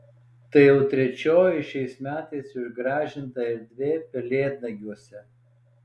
tai jau trečioji šiais metais išgražinta erdvė pelėdnagiuose